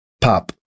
pop